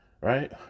right